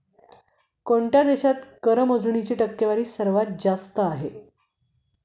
कोणत्या देशात कर मोजणीची टक्केवारी सर्वात जास्त आहे?